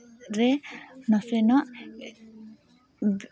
ᱨᱮ ᱱᱟᱥᱮᱱᱟᱜ